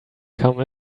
come